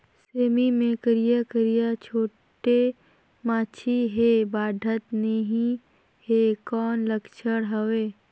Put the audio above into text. सेमी मे करिया करिया छोटे माछी हे बाढ़त नहीं हे कौन लक्षण हवय?